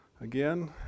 again